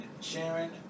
Sharon